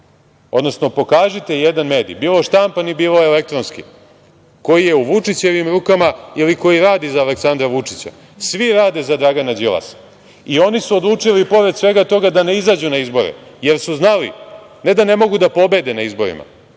odnosno pokažite jedan medij, bilo štampani bilo elektronski, koji je u Vučićevim rukama ili koji radi za Aleksandra Vučića. Svi rade za Dragana Đilasa. I oni su odlučili i pored svega toga da ne izađu na izbore, jer su znali da ne da ne mogu da pobede na izborima,